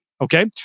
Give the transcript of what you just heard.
okay